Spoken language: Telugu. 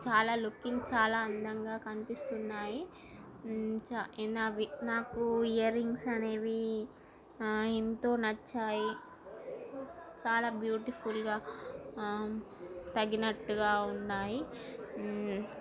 చాలా లుకింగ్ చాలా అందంగా కనిపిస్తున్నాయి అనేవి నాకు ఇయర్ రింగ్స్ అనేవి ఎంతో నచ్చాయి చాలా బ్యూటిఫుల్గా తగ్గినట్టుగా ఉన్నాయి